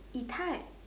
Yi-Tai